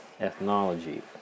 ethnology